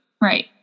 Right